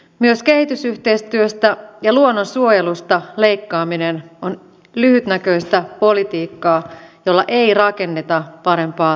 myös kehitysyhteistyöstä ja luonnonsuojelusta leikkaaminen on lyhytnäköistä politiikkaa jolla ei rakenneta parempaa tulevaisuutta